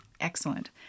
excellent